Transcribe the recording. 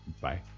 Bye